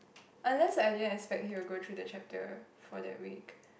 unless I didn't expect he will go through the chapter for that week